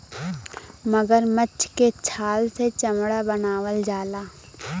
मगरमच्छ के छाल से चमड़ा बनावल जाला